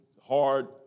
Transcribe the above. hard